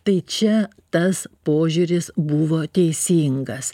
tai čia tas požiūris buvo teisingas